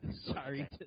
Sorry